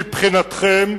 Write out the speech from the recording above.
מבחינתכם,